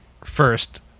first